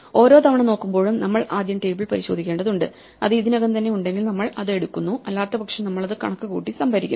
ഓരോ തവണ നോക്കുമ്പോഴും നമ്മൾ ആദ്യം ടേബിൾ പരിശോധിക്കേണ്ടതുണ്ട് അത് ഇതിനകം തന്നെ ഉണ്ടെങ്കിൽ നമ്മൾ അത് എടുക്കുന്നു അല്ലാത്തപക്ഷം നമ്മൾ അത് കണക്കുകൂട്ടി സംഭരിക്കും